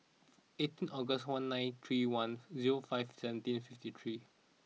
eighteen August one nine three one zero five seventeen fifty three